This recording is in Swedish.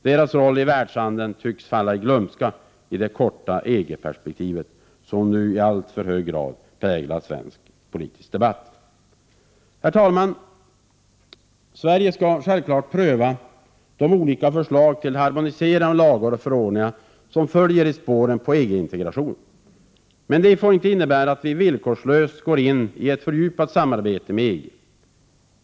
Deras roll i världshandeln tycks falla i glömska i det korta EG-perspektivet, som nu i alltför hög grad präglar svensk politisk debatt. Herr talman! Sverige skall självfallet pröva de olika förslag till harmonisering av lagar och förordningar som följer i spåren på EG-integrationen. Men det får inte innebära att vi villkorslöst går in i ett fördjupat samarbete med EG.